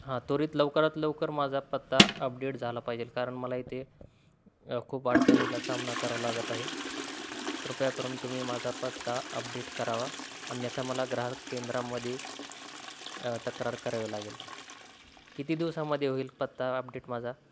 हां त्वरित लवकरात लवकर माझा पत्ता अपडेट झाला पाहिजे कारण मला इथे खूप अडचणीला सामना करावा लागतं आहे कृपया करून तुम्ही माझा पत्ता अपडेट करावा अन्यथा मला ग्राहक केंद्रामध्ये तक्रार करावी लागेल किती दिवसामध्ये होईल पत्ता अपडेट माझा